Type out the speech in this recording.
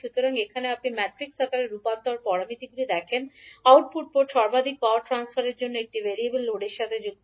সুতরাং এখানে আপনি ম্যাট্রিক্স আকারে রূপান্তর প্যারামিটারগুলি দেখেন আউটপুট পোর্ট সর্বাধিক পাওয়ার ট্রান্সফারের জন্য একটি ভেরিয়েবল লোডের সাথে সংযুক্ত